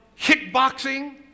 kickboxing